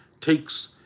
takes